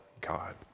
God